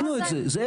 בדקנו את זה.